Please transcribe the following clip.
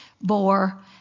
bore